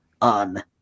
on